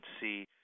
see